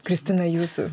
kristina jūsų